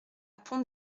pont